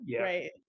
right